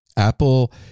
Apple